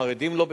החרדים לא בסדר,